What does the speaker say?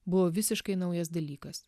buvo visiškai naujas dalykas